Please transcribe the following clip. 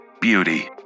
beauty